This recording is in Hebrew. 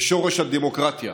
שורש הדמוקרטיה,